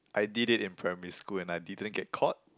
I did it in primary school and I didn't get caught